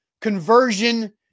conversion